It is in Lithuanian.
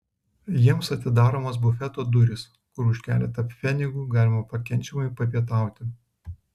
jiems atidaromos bufeto durys kur už keletą pfenigų galima pakenčiamai papietauti